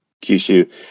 kyushu